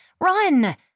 Run